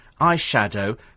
eyeshadow